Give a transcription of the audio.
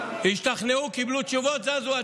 השתכנעו, קיבלו תשובות וזזו הצידה.